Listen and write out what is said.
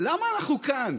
למה אנחנו כאן?